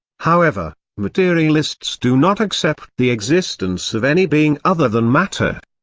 however, materialists do not accept the existence of any being other than matter.